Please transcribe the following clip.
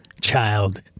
child